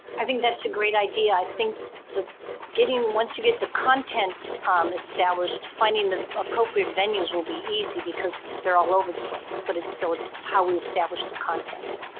i think that's a great idea. i think that getting once you get the content established, finding the appropriate venues will be easy because they're all over the place. but it's so it's how we establish the content.